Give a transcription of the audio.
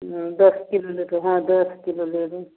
दस किलो लैके हँ दस किलो लेबै